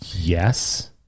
yes